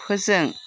फोजों